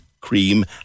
Cream